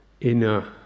inner